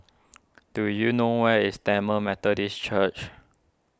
do you know where is Tamil Methodist Church